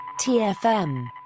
TFM